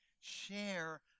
share